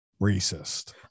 racist